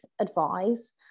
advise